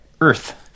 Earth